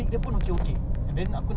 as easy as that